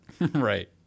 Right